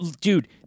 Dude